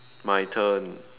my turn